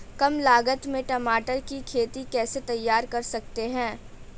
कम लागत में टमाटर की खेती कैसे तैयार कर सकते हैं?